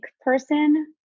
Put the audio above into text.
person